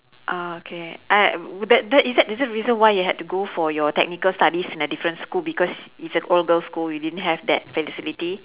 ah okay I wou~ that is that is that the reason why you had to go for your technical studies in a different school because it's an all girls' school you didn't have that facility